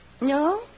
No